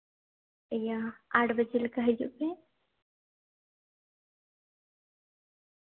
ᱤᱭᱟᱹ ᱟᱴ ᱵᱟᱡᱮ ᱞᱮᱠᱟ ᱦᱤᱡᱩᱜ ᱯᱮ